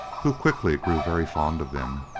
who quickly grew very fond of them.